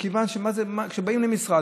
מה זה שבאים למשרד,